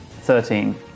Thirteen